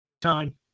time